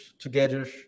together